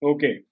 Okay